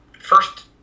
first